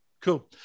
Cool